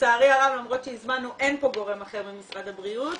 לצערי הרב למרות שהזמנו אין פה גורם אחר ממשרד הבריאות,